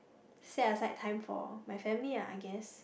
set aside time for my family ah I guess